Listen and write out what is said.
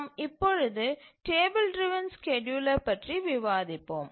நாம் இப்பொழுது table driven scheduler பற்றி விவாதிப்போம்